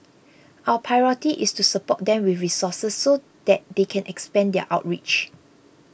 our priority is to support them with resources so that they can expand their outreach